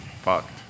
Fucked